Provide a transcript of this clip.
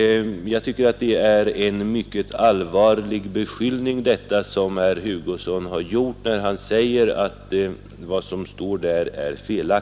Jag tycker det är en mycket allvarlig beskyllning herr Hugosson gjort när han säger att vad som står där är felaktigt.